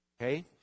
okay